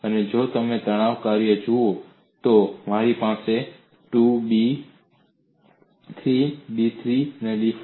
અને જો તમે તણાવ કાર્ય જુઓ તો મારી પાસે 2 b 3 d 3 d 5